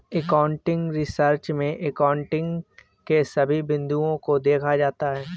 accounting research में accounting के सभी बिंदुओं को देखा जाता है